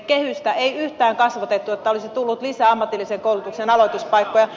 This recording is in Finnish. kehystä ei yhtään kasvatettu että olisi tullut lisää ammatilliseen koulutukseen aloituspaikkoja